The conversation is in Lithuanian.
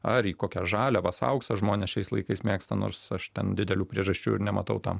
ar į kokias žaliavas auksą žmonės šiais laikais mėgsta nors aš ten didelių priežasčių ir nematau tam